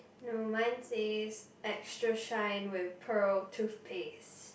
no mine says extra shine with pure toothpaste